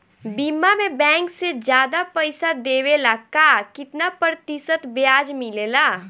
बीमा में बैंक से ज्यादा पइसा देवेला का कितना प्रतिशत ब्याज मिलेला?